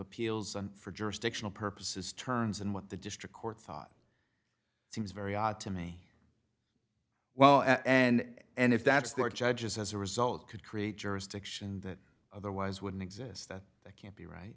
appeals and for jurisdictional purposes turns and what the district court thought seems very odd to me well and if that's their judges as a result could create jurisdiction that of the wise wouldn't exist that can't be right